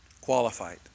Qualified